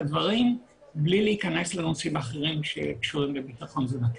הדברים בלי להיכנס לנושאים אחרים שקשורים לביטחון תזונתי.